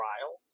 trials